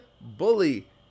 bully